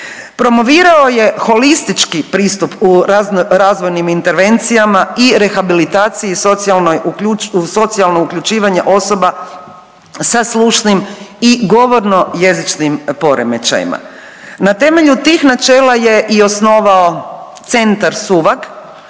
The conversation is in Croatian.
Promovirao je holistički pristup u razvojnim intervencijama i rehabilitaciji i socijalno uključivanje osoba sa slušnim i govorno jezičnim poremećajima. Na temelju tih načela je i osnovao Centar Suvag